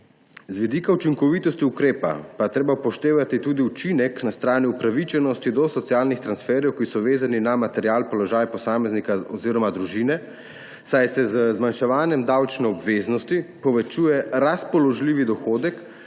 »z vidika učinkovitosti ukrepa pa je treba upoštevati tudi učinek na strani upravičenosti do socialnih transferjev, ki so vezani na material, položaj posameznika oziroma družine, saj se z zmanjševanjem davčne obveznosti povečuje razpoložljivi dohodek,